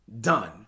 done